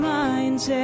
minds